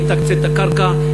היא תקצה את הקרקע,